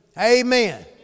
Amen